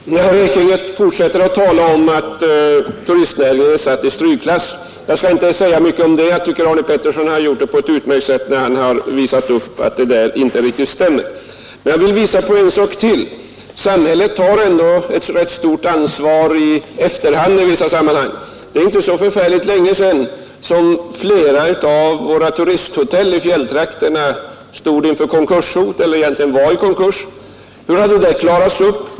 Herr talman! Herr Ekinge fortsätter att tala om att turistnäringen är satt i strykklass. Jag skall inte säga mycket om det; jag tycker att Arne Pettersson på ett utmärkt sätt har visat att det där inte riktigt stämmer. Jag vill peka på en sak till. Samhället har ändå ett rätt stort ansvar i efterhand i vissa sammanhang. Det är inte så förfärligt länge sedan som flera av våra turisthotell i fjälltrakterna stod inför konkurshot eller befann sig i konkurs. Hur har detta klarats upp?